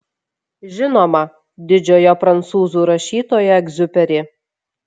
žinoma didžiojo prancūzų rašytojo egziuperi